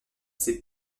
ses